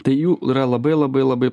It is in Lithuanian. tai jų yra labai labai labai